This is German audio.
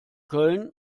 köln